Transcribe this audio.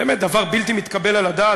זה באמת דבר בלתי מתקבל על הדעת.